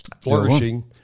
flourishing